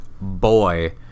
Boy